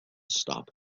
stop